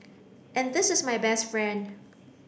and this is my best friend